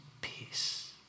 peace